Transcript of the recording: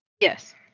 Yes